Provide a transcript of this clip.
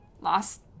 lost